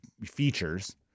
features